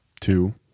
Two